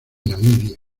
namibia